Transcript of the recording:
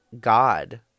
God